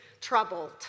troubled